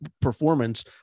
performance